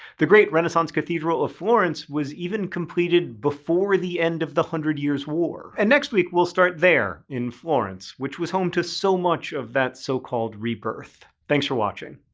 the great renaissance cathedral of florence was even completed before the end of the hundred years war. and next week, we'll start there, in florence, which was home to so much of that so-called rebirth. thanks for watching.